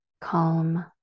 calm